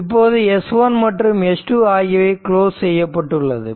இப்போது S1 மற்றும் S2 ஆகியவை க்ளோஸ் செய்யப்பட்டுள்ளது